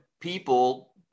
people